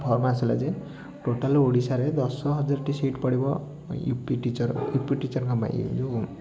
form ଆସିଲା ଯେ total ଓଡ଼ିଶାରେ ଦଶହଜାରଟି ସିଟ୍ ପଡ଼ିବ U P teacher U P ଟିଚର୍ଙ୍କ ପାଇଁ ଏଇ ଯେଉଁ